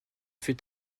fut